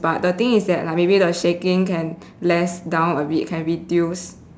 but the thing is that like maybe the shaking can less down a bit can reduce